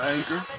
Anchor